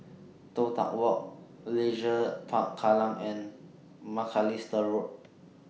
Toh Tuck Walk Leisure Park Kallang and Macalister Road